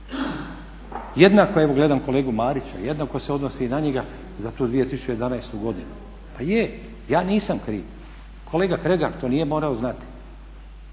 Jednako evo gledam kolegu Marića, jednako se odnosi i na njega za tu 2011. godinu. Pa je, ja nisam kriv, kolega Kregar to nije morao znati.